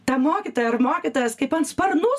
ta mokytoja ar mokytojas kaip an sparnų